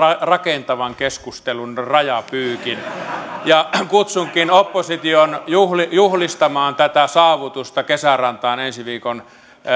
rakentavan keskustelun rajapyykin kutsunkin opposition juhlistamaan tätä saavutusta kesärantaan ensi viikon